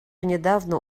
недавно